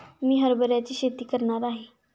मी हरभऱ्याची शेती करणार नाही